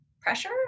pressure